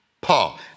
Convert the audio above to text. Paul